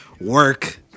work